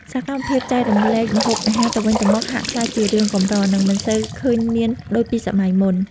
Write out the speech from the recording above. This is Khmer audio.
សកម្មភាពចែករំលែកម្ហូបអាហារទៅវិញទៅមកហាក់ក្លាយជារឿងកម្រ និងមិនសូវឃើញមានដូចពីសម័យមុន។